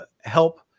help